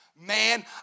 Man